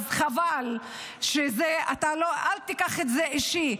אז חבל שזה, אתה לא, אל תיקח את זה אישי.